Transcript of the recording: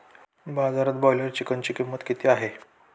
बाजारात ब्रॉयलर चिकनची किंमत किती आहे?